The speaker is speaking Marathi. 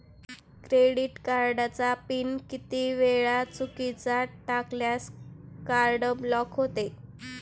क्रेडिट कार्डचा पिन किती वेळा चुकीचा टाकल्यास कार्ड ब्लॉक होते?